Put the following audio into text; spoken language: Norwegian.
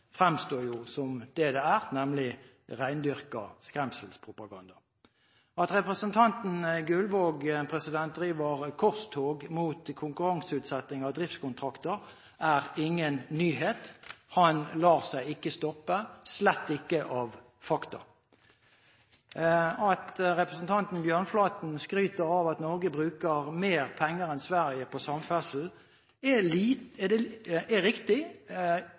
er, nemlig rendyrket skremselspropaganda. At representanten Gullvåg driver korstog mot konkurranseutsetting av driftskontrakter, er ingen nyhet. Han lar seg ikke stoppe og slett ikke av fakta. At Norge bruker mer penger enn Sverige på samferdsel, slik representanten Bjørnflaten skryter av, er riktig,